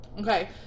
Okay